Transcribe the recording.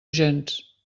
gens